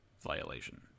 violation